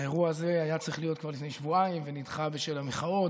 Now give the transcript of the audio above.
האירוע הזה היה צריך להיות כבר לפני שבועיים ונדחה בשל המחאות,